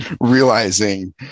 realizing